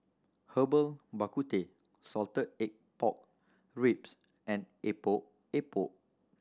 Herbal Bak Ku Teh salted egg pork ribs and Epok Epok